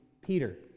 Peter